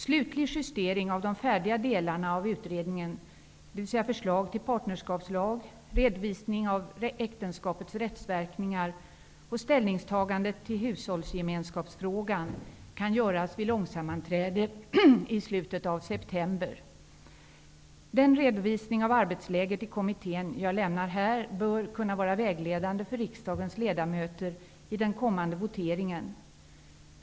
Slutlig justering av de färdiga delarna av utredningen, dvs. förslag till partnerskapslag, redovisning av äktenskapets rättsverkningar och ställningstagande till hushållsgemenskapsfrågan, kan göras vid långsammanträde i slutet av september. Den redovisning av arbetsläget i kommittén som jag lämnar här bör kunna vara vägledande för riksdagens ledamöter i den kommande voteringen.